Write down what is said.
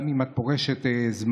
גם אם את פורשת זמנית,